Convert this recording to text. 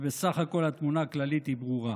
וסך הכול התמונה הכללית היא ברורה.